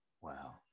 Wow